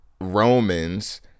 Romans